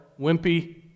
Wimpy